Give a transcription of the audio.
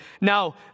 Now